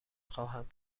خواهم